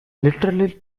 literally